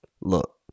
look